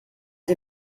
sie